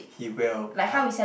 he will I